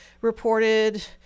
reported